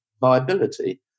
viability